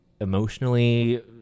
emotionally-